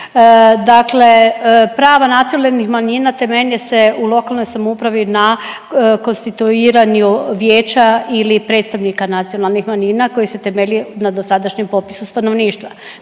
Dakle, prava nacionalnih manjina temelje se u lokalnoj samoupravi na konstituiranju vijeća ili predstavnika nacionalnih manjina koji se temeljio na dosadašnjem popisu stanovništva.